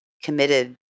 Committed